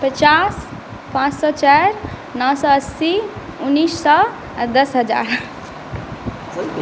पचास पाँच सओ चारि नओ सओ अस्सी उनैस सओ आओर दस हजार